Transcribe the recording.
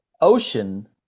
ocean